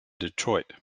detroit